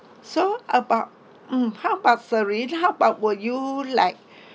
so about mm how about serene how about would you like